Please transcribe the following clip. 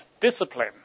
discipline